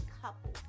couple